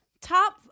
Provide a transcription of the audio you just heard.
Top